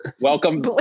Welcome